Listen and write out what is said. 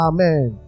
Amen